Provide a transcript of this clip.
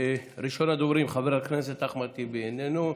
ראשון הדוברים, חבר הכנסת אחמד טיבי, איננו,